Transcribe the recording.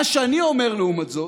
מה שאני אומר, לעומת זאת,